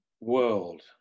world